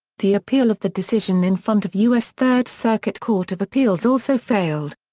the appeal of the decision in front of u s. third circuit court of appeals also failed.